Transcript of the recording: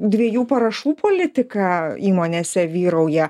dviejų parašų politika įmonėse vyrauja